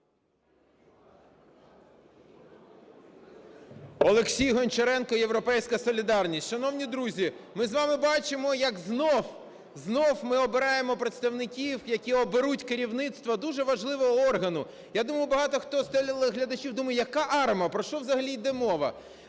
Олексій Гончаренко, "Європейська солідарність". Шановні друзі, ми з вами бачимо, як знову, знову ми обираємо представників, які оберуть керівництво дуже важливого органу. Я думаю, багато хто з телеглядачів думають: яка АРМА, про що взагалі йде мова?